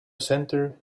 center